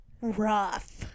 rough